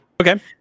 Okay